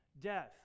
death